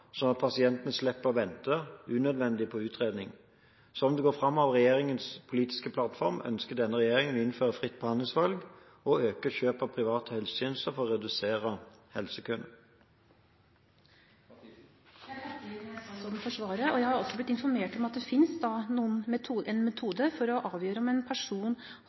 at pasientene slipper å vente unødig på utredning. Som det går fram av regjeringens politiske plattform, ønsker denne regjeringen å innføre fritt behandlingsvalg og øke kjøp av private helsetjenester for å redusere helsekøene. Jeg takker statsråden for svaret. Jeg har også blitt informert om at det finnes en metode for å avgjøre om en person